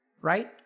right